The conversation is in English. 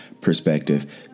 perspective